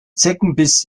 zeckenbiss